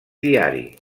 diari